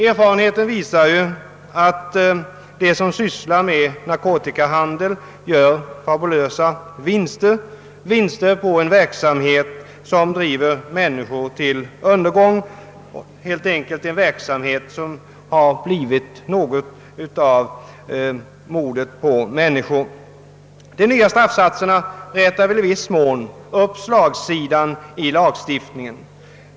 Erfarenheten visar att de som sysslar med narkotikahandel gör fabulösa vinster på en verksamhet som driver människor till undergång, en verksamhet som helt enkelt har blivit rena folkmordet. De nya straffsatserna rätar i viss mån upp slagsidan i lagstiftningen.